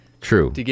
True